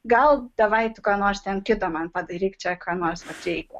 gal davai tu ką nors ten kito man padaryk čia ką nors vat reikia